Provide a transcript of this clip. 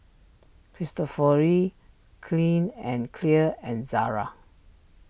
Cristofori Clean and Clear and Zara